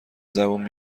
زبون